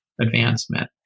advancement